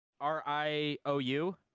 R-I-O-U